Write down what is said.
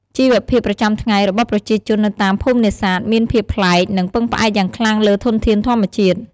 ជីវភាពប្រចាំថ្ងៃរបស់ប្រជាជននៅតាមភូមិនេសាទមានភាពប្លែក និងពឹងផ្អែកយ៉ាងខ្លាំងលើធនធានធម្មជាតិ។